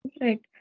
Right